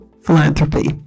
philanthropy